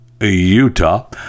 Utah